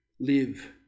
live